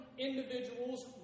individuals